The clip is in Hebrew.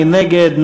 מי נגד?